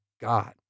God